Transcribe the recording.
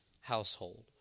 household